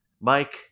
Mike